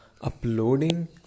uploading